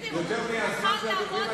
קורא אותך לסדר.